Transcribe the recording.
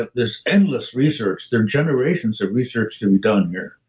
there's endless research. there are generations of research to be done here